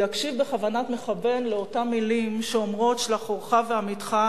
יקשיב בכוונת מכוון לאותן מלים שאומרות: "שלח אורך ואמיתך"